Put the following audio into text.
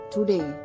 Today